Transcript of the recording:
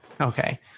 Okay